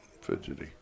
Fidgety